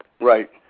Right